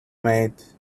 maid